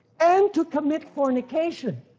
and to commit fornication,